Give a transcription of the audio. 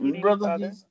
brother